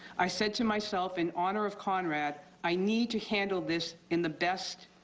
i said to myself in honor of conrad i need to handle this in the best,